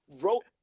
wrote